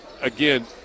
again